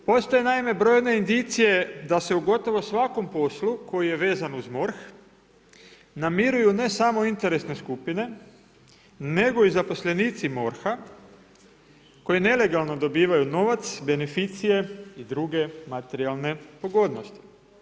Postoje naime brojne indicije da se gotovo u svakom poslu koji je vezan uz MORH namiruju ne samo interesne skupine nego i zaposlenici MORH-a koji nelegalno dobivaju novac, beneficije i druge materijalne pogodnosti.